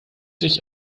sich